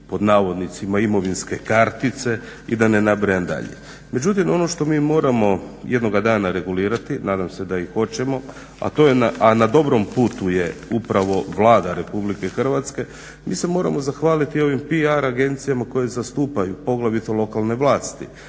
"podastrti" imovinske kartice i da ne nabrajam dalje. Međutim ono što mi moramo jednoga dana regulirati, nadam se da i hoćemo, a na dobrom putu je upravo Vlada RH, mi se moramo zahvaliti ovim PR agencijama koje zastupaju poglavito lokalne vlasti.